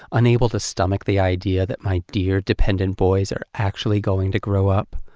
unable to stomach the idea that my dear, dependent boys are actually going to grow up?